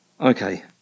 Okay